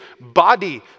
body